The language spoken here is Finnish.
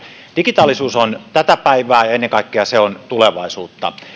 digitaalisuus on tätä päivää ja ennen kaikkea se on tulevaisuutta